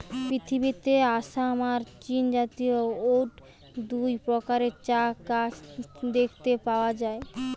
পৃথিবীতে আসাম আর চীনজাতীয় অউ দুই প্রকারের চা গাছ দেখতে পাওয়া যায়